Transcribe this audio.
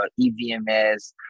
EVMS